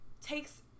takes